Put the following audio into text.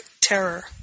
terror